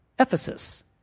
Ephesus